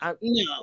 No